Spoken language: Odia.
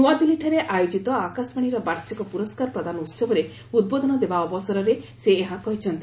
ନୂଆଦିଲ୍ଲୀଠାରେ ଆୟୋକିତ ଆକାଶବାଣୀର ବାର୍ଷିକ ପୁରସ୍କାର ପ୍ରଦାନ ଉହବରେ ଉଦ୍ବୋଧନ ଦେବା ଅବସରରେ ସେ ଏହା କହିଛନ୍ତି